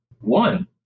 one